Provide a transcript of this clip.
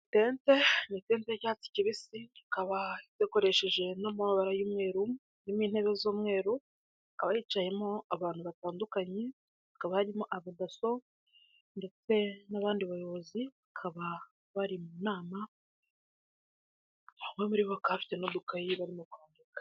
Itente ni itente ry'icyatsi kibisi, rikaba rikoresheje n'amabara y'umweru, harimo intebe z'umweru, hakaba hicayemo abantu batandukanye, bakaba barimo abadaso ndetse n'abandi bayobozi, bakaba bari mu nama, bamwe muri bo bakaba bafite n'udukayi barimo kwandika.